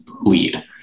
lead